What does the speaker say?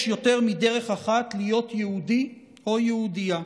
יש יותר מדרך אחת להיות יהודי או יהודייה.